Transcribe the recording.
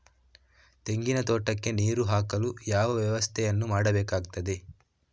ತೆಂಗಿನ ತೋಟಕ್ಕೆ ನೀರು ಹಾಕಲು ಯಾವ ವ್ಯವಸ್ಥೆಯನ್ನು ಮಾಡಬೇಕಾಗ್ತದೆ?